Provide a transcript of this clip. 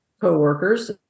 co-workers